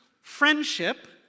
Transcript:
friendship